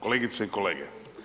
Kolegice i kolege.